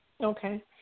Okay